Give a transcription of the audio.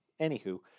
anywho